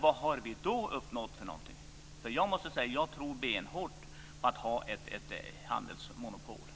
Vad har vi då uppnått? Jag tror benhårt på att ha ett handelsmonopol.